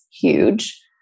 huge